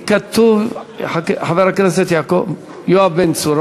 לי כתוב: חבר הכנסת יואב בן צור.